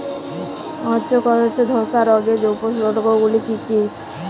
ধসা রোগের উপসর্গগুলি কি কি?